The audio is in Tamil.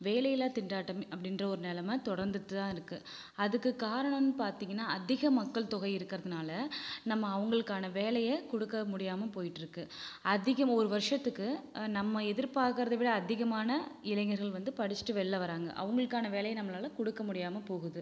வேலையில்லாத் திண்டாட்டம் அப்படின்ற ஒரு நிலம தொடர்ந்துகிட்டு தான் இருக்கு அதுக்கு காரணம்னு பார்த்தீங்கன்னா அதிக மக்கள் தொகை இருக்கிறதுனால நம்ம அவங்களுக்கான வேலைய கொடுக்க முடியாம போயிட்டுருக்கு அதிகமாக ஒரு வருஷத்துக்கு நம்ம எதிர்பாக்கறதை விட அதிகமான இளைஞர்கள் வந்து படிச்சிகிட்டு வெளில வராங்க அவங்களுக்கான வேலையை நம்மளால் கொடுக்க முடியாமல் போகுது